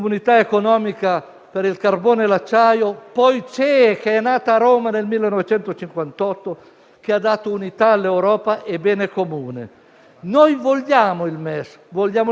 Noi vogliamo il MES, vogliamo il MES riformato. Non sfugge però a nessuno che, come per la Grecia, con il Covid-19 si è sospeso il meccanismo del MES,